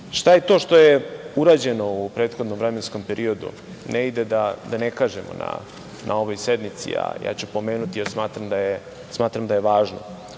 je to što je urađeno u prethodnom vremenskom periodu. Ne ide da ne kažem na ovoj sednici, ali pomenuću jer smatram da je važno,